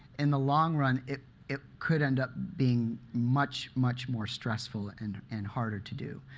in the long run, it it could end up being much, much more stressful and and harder to do.